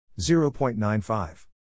0.95